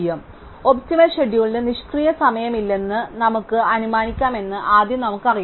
അതിനാൽ ഒപ്റ്റിമൽ ഷെഡ്യൂളിന് നിഷ്ക്രിയ സമയമില്ലെന്ന് നമുക്ക് അനുമാനിക്കാമെന്ന് ആദ്യം നമുക്കറിയാം